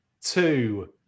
two